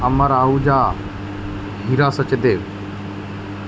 Amar Ahuja Heera Sachdev